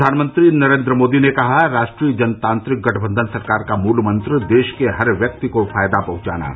प्रधानमंत्री नरेन्द्र मोदी ने कहा राष्ट्रीय जनतांत्रिक गठबंधन सरकार का मूलमंत्र देश के हर व्यक्ति को फायदा पहुंचाना है